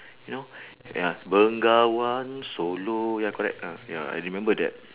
you know ya bengawan solo ya correct ah ya I remember that